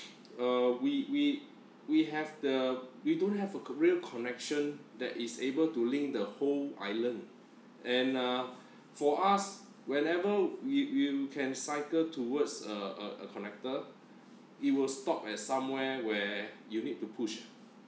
uh we we we have the we don't have a carrier connection that is able to link the whole island and uh for us wherever we you can cycle towards a a connector it will stop at somewhere where you need to push